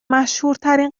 مشهورترین